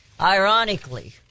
Ironically